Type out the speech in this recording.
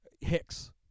Hicks